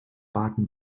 baden